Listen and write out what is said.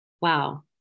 Wow